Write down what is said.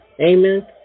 Amen